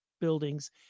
buildings